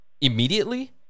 immediately